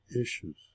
issues